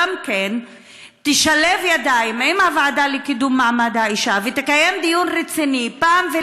גם כן תשלב ידיים עם הוועדה לקידום מעמד האישה ותקיים אחת ולתמיד